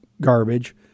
garbage